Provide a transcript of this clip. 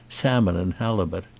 salmon and halibut.